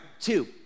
two